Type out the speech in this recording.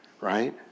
right